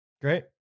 Great